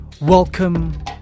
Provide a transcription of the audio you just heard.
Welcome